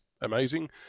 Amazing